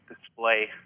display